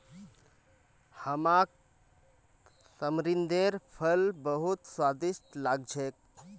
हमाक तमरिंदेर फल बहुत स्वादिष्ट लाग छेक